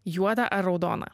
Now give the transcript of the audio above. juoda ar raudona